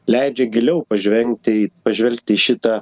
leidžia giliau pažvengti pažvelgti į šitą